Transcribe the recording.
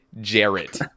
Jarrett